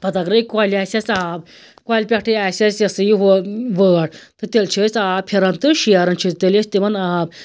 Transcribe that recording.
پَتہٕ اَگَرَے کۄلہِ آسہِ اَسہِ آب کۄلہِ پٮ۪ٹھٕے آسہِ اَسہِ یہِ ہَسا یہِ وٲ وٲر تہٕ تیٚلہِ چھِ أسۍ آب پھِران تہٕ شیران چھِ أسۍ تیٚلہِ تِمن آب